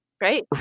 Right